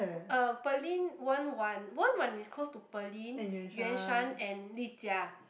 Pearlyn Wen-Wan Wen-Wan is close to Pearlyn Yuan-Shan and Li-Jia